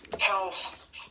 health